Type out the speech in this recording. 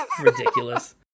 Ridiculous